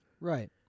Right